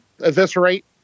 eviscerate